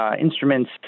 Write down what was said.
instruments